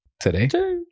today